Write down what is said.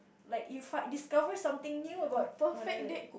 like you find discovered something new about one another